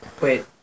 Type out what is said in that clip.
Wait